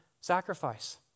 sacrifice